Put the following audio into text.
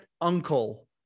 uncle